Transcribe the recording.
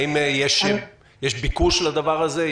האם יש ביקוש לדבר הזה?